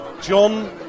John